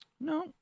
No